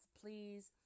please